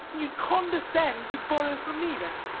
you'd condescend to borrow from me, then?